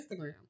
Instagram